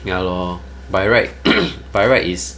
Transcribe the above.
ya lor by right by right is